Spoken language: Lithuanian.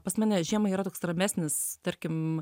pas mane žiemą yra toks ramesnis tarkim